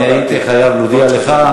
אני הייתי חייב להודיע לך.